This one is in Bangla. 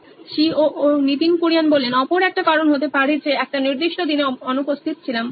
নীতিন কুরিয়ান সি ও ও নোইন ইলেকট্রনিক্স অপর একটা কারণ হতে পারে যে একটা নির্দিষ্ট দিনে অনুপস্থিত ছিলাম